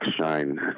shine